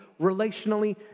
relationally